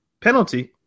penalty